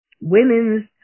women's